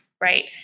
Right